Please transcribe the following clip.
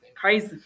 crazy